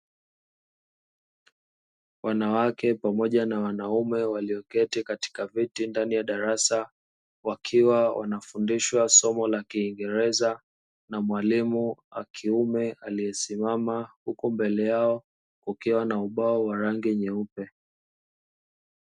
Wanawake pamoja na wanaume walioketi katika viti ndani ya darasa wakiwa wanafundishwa somo la kiingereza na mwalimu wa kiume aliyesimama huku mbele yao kukiwa na ubao wa rangi nyeupe.